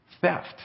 Theft